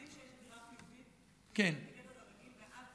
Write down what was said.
מדהים שיש הגירה חיובית יוצאת מגדר הרגיל מאז צוק איתן.